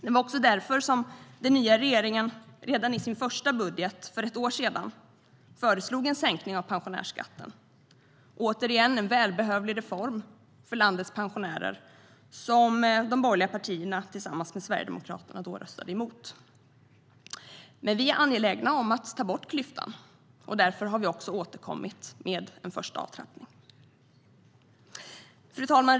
Det var också därför som den nya regeringen redan i sin första budget för ett år sedan föreslog en sänkning av pensionärsskatten - återigen, en välbehövlig reform för landets pensionärer som de borgerliga partierna tillsammans med Sverigedemokraterna då röstade emot. Men vi är angelägna om att ta bort klyftan, och därför har vi också återkommit med en första avtrappning. Fru talman!